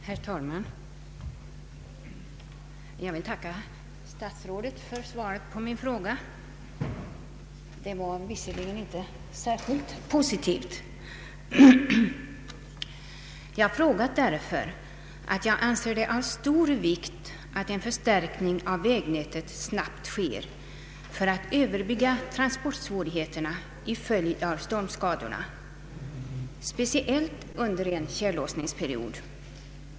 Herr talman! Jag vill tacka statsrådet för svaret på min fråga. Det var visserligen inte särskilt positivt. Jag har frågat därför att jag anser det vara av stor vikt att en förstärkning av vägnätet snabbt sker för att överbrygga transportsvårigheterna till följd av stormskadorna, speciellt under en tjällossningsperiod.